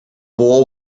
bowl